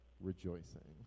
rejoicing